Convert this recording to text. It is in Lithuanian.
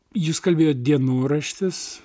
jūs kalbėjot dienoraštis